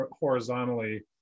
horizontally